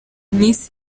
miss